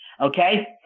Okay